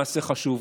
מעשה חשוב.